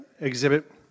exhibit